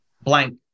blank